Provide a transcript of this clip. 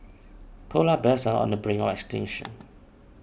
Polar Bears are on the brink of extinction